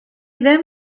then